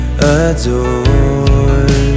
adore